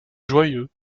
joyeux